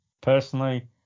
personally